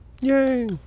yay